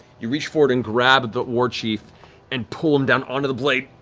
you reach forward and grab the war chief and pull him down onto the blade.